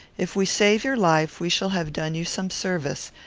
if we save your life, we shall have done you some service,